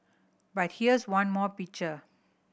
but here's one more picture